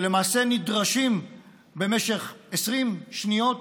שלמעשה נדרשים במשך 20 שניות,